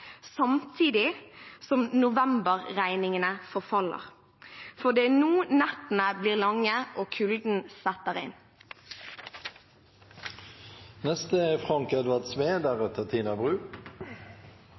samtidig som novemberregningene forfaller? Det er nå nettene blir lange og kulden setter inn. Det er